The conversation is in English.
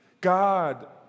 God